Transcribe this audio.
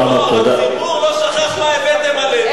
הציבור לא שכח מה הבאתם עלינו.